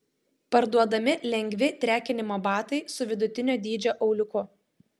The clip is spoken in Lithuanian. parduodami lengvi trekinimo batai su vidutinio dydžio auliuku